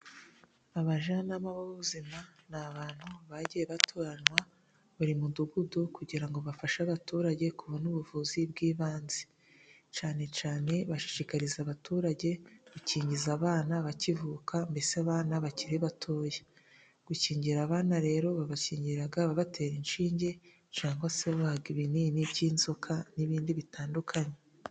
Abajyanama b'ubuzima ni abantu bagiye batoranywa buri mudugudu, kugira ngo bafashe abaturage kubona ubuvuzi bw'ibanze ,cyane cyane bashishikariza abaturage gukingiza abana bakivuka mbese abana bakiri batoya, gukingira abana rero babakingira babatera inshinge cyangwa se babaha ibinini by'inzoka n'ibindi bitandukanye.